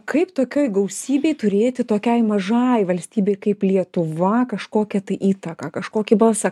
kaip tokioj gausybėj turėti tokiai mažai valstybei kaip lietuva kažkokią tai įtaką kažkokį balsą